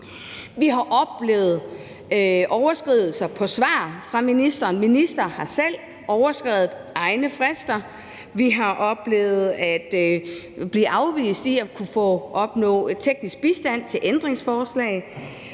Vi har oplevet overskridelser på svar fra ministeren. Ministeren har selv overskredet egne frister. Vi har oplevet at blive afvist i forhold til at kunne få teknisk bistand til ændringsforslag.